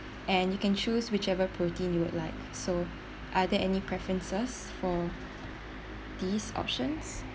and you can choose whichever protein you would like so are there any preferences for